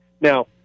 Now